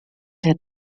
het